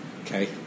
Okay